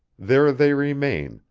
there they remain,